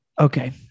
Okay